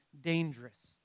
dangerous